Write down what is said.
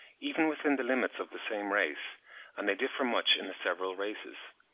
even within the limits of the same race and they differ much in the several races.